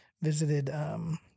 visited